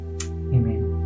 amen